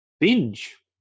Binge